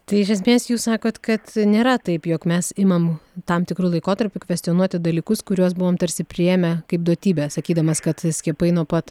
tai iš esmės jūs sakot kad nėra taip jog mes imam tam tikru laikotarpiu kvestionuoti dalykus kuriuos buvom tarsi priėmę kaip duotybę sakydamas kad skiepai nuo pat